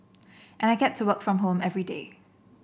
and I get to work from home everyday